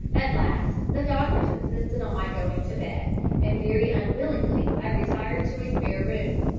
at last the doctors insisted on my going to bed and very unwillingly i retired to a spare room.